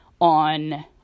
on